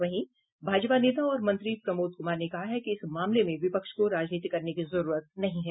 वहीं भाजपा नेता और मंत्री प्रमोद कुमार ने कहा है कि इस मामले में विपक्ष को राजनीति करने की जरूरत नहीं है